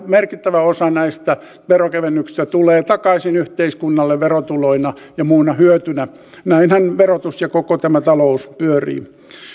merkittävä osa näistä verokevennyksistä tulee takaisin yhteiskunnalle verotuloina ja muuna hyötynä näinhän verotus ja koko tämä talous pyörii